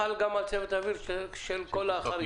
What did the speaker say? חל גם על צוות אוויר של כל החריגים.